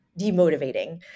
demotivating